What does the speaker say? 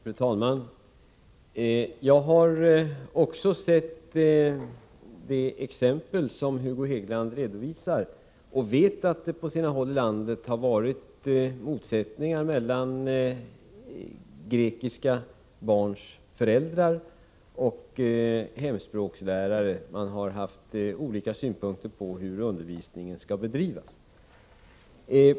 Fru talman! Jag har också sett det exempel som Hugo Hegeland redovisar och vet att det på sina håll i landet varit motsättningar mellan grekiska barns föräldrar och hemspråkslärare — man har haft olika synpunkter på hur undervisningen skall bedrivas.